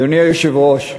אדוני היושב-ראש,